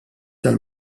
tal